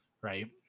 Right